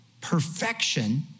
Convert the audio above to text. perfection